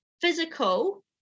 physical